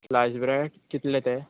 slice bread कितले ते